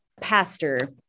Pastor